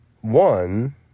One